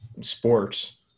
sports